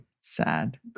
Sad